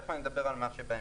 תיכף אדבר על מה בהמשך.